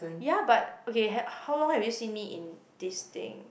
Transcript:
ya but okay how long have you seen me in this thing